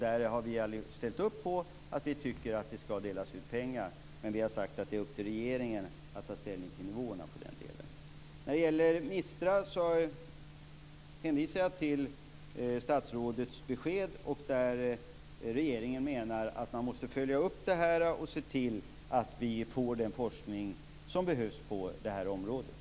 Där har vi ställt upp på att vi tycker att det skall delas ut pengar, men vi har sagt att det är upp till regeringen att ta ställning till nivåerna. När det gäller MISTRA hänvisar jag till statsrådets besked. Regeringen menar att man måste följa upp detta och se till att vi får den forskning som behövs på det här området.